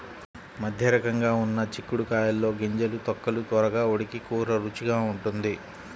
మధ్యరకంగా ఉన్న చిక్కుడు కాయల్లో గింజలు, తొక్కలు త్వరగా ఉడికి కూర రుచిగా ఉంటుంది